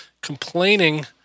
complaining